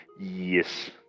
Yes